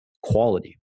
quality